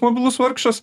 mobilus vargšas